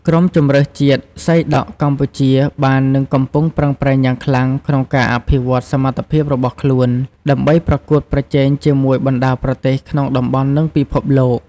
ក្រុមជម្រើសជាតិសីដក់កម្ពុជាបាននិងកំពុងប្រឹងប្រែងយ៉ាងខ្លាំងក្នុងការអភិវឌ្ឍសមត្ថភាពរបស់ខ្លួនដើម្បីប្រកួតប្រជែងជាមួយបណ្តាប្រទេសក្នុងតំបន់និងពិភពលោក។